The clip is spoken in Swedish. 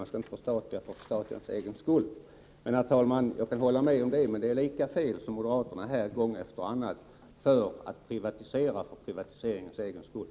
Jag kan, herr talman, hålla med om att förstatligande inte skall vara något självändamål. Men det är lika fel att, som moderaterna här gång efter gång förespråkar, privatisera för privatiseringens egen skull.